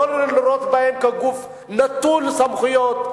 לא לראות בהם גוף נטול סמכויות,